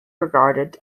regarded